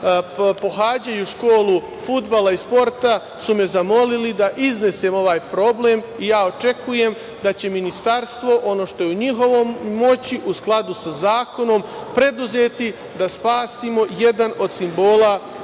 pohađaju školu fudbala i sporta su me zamolili da iznesem ovaj problem. Ja očekujem da će ministarstvo, ono što je u njihovoj moći, u skladu sa zakonom, preduzeti da spasimo jedan od simbola